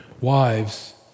Wives